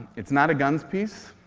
it's not a guns piece,